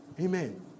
Amen